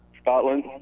Scotland